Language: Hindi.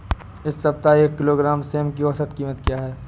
इस सप्ताह एक किलोग्राम सेम की औसत कीमत क्या है?